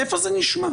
איפה זה נשמע?